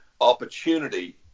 opportunity